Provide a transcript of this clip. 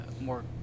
more